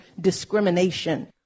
discrimination